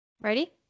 Ready